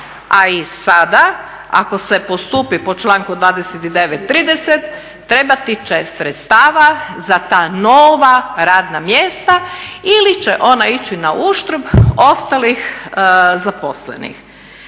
a i sada ako se postupi po članku 29. 30 trebati će sredstva za ta nova radna mjesta ili će ona ići na uštrb ostalih zaposlenih.